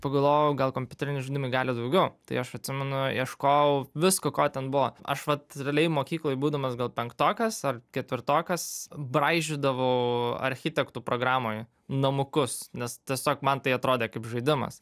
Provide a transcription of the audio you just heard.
pagalvojau gal kompiuteriniai žaidimai gali daugiau tai aš atsimenu ieškojau visko ko ten buvo aš vat didelėj mokykloj būdamas gal penktokas ar ketvirtokas braižydavau architektų programoj namukus nes tiesiog man tai atrodė kaip žaidimas